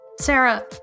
Sarah